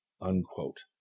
unquote